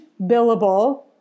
billable